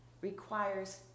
requires